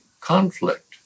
conflict